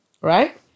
right